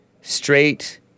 Straight